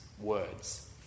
words